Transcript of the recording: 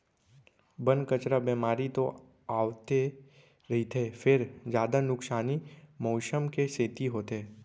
बन, कचरा, बेमारी तो आवते रहिथे फेर जादा नुकसानी मउसम के सेती होथे